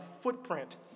footprint